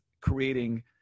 creating